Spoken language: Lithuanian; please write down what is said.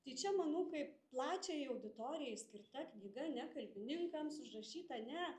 tai čia manau kaip plačiajai auditorijai skirta knyga ne kalbininkams užrašyta ne